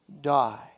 die